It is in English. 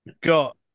got